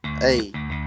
hey